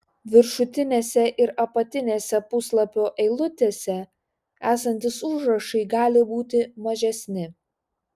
viršutinėse ir apatinėse puslapių eilutėse esantys užrašai gali būti mažesni